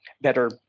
better